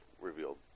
revealed